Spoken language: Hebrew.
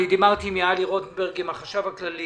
דיברתי עם יהלי רוטנברג, עם החשב הכללי